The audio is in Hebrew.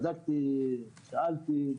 בדקתי, שאלתי.